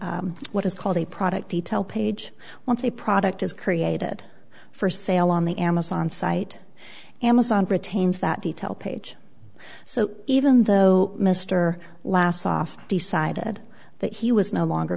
what is called a product detail page once a product is created for sale on the amazon site amazon retains that detail page so even though mr last off decided that he was no longer